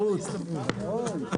הישיבה נעולה.